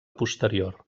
posterior